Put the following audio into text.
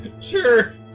Sure